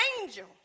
angel